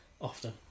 often